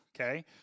okay